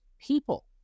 people